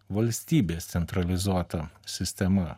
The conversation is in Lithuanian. valstybės centralizuota sistema